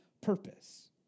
purpose